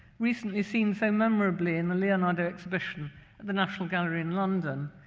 recently seen so memorably in the leonardo exhibition at the national gallery in london,